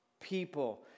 People